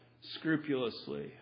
scrupulously